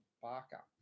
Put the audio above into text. Barker